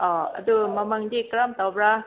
ꯑꯣ ꯑꯗꯨ ꯃꯃꯜꯗꯤ ꯀꯔꯝ ꯇꯧꯕ꯭ꯔꯥ